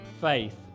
faith